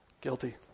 Guilty